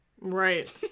Right